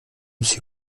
sich